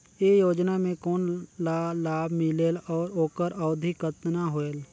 ये योजना मे कोन ला लाभ मिलेल और ओकर अवधी कतना होएल